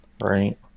Right